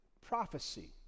prophecy